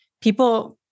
people